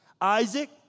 Isaac